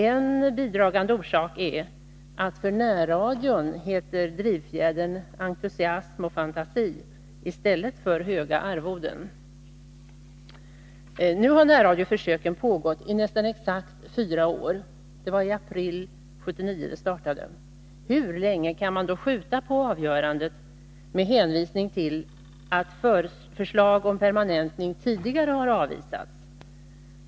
En bidragande orsak är att för närradion heter drivfjädern entusiasm och fantasi i stället för höga arvoden. Nu har närradioförsöket pågått i nästan exakt fyra år — det startade i april 1979. Hur länge kan man skjuta på avgörandet med hänvisning till att förslag om permanentning tidigare har avvisats?